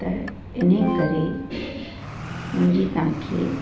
त इनकरे मुंहिंजी तव्हांखे